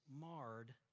marred